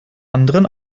anderen